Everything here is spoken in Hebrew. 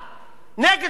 נגד בטלנות,